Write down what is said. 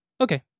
Okay